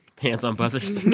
hands on buzzers